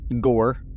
Gore